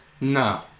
No